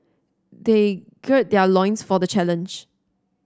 they gird their loins for the challenge